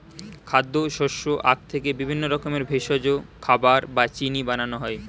খাদ্য, শস্য, আখ থেকে বিভিন্ন রকমের ভেষজ, খাবার বা চিনি বানানো হয়